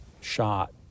shot